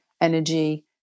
energy